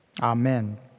Amen